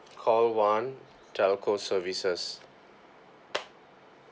call one telco services